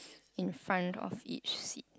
in front of each seat